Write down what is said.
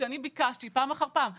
וכשאני ביקשתי פעם אחר פעם שימו,